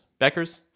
Beckers